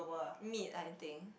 mid I think